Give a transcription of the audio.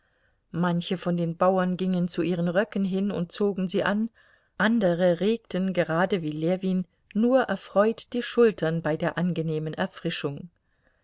manche von den bauern gingen zu ihren röcken hin und zogen sie an andere regten gerade wie ljewin nur erfreut die schultern bei der angenehmen erfrischung